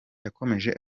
yakomeje